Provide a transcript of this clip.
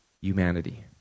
humanity